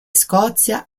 scozia